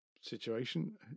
situation